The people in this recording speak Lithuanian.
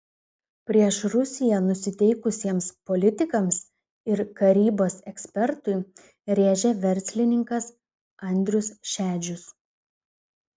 prieš rusiją nusiteikusiems politikams ir karybos ekspertui rėžė verslininkas andrius šedžius